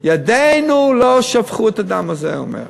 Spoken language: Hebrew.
ידינו לא שפכו את הדם הזה, הוא אומר,